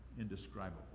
indescribable